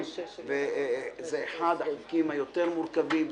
זה אחד החוקים היותר מורכבים,